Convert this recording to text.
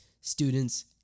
students